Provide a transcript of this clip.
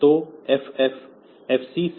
तो FFFC से